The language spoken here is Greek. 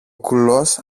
κουλός